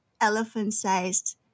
elephant-sized